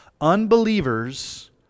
unbelievers